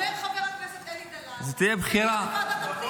אומר חבר הכנסת אלי דלל שתבוא לוועדת הפנים